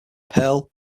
pearl